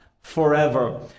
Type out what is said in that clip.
forever